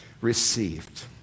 received